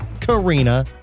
Karina